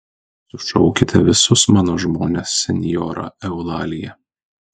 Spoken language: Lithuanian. sušaukite visus mano žmones senjora eulalija